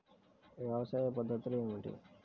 వ్యవసాయ పద్ధతులు ఏమిటి?